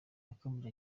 yakomeje